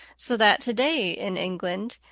so that to-day in england,